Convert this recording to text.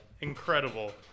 Incredible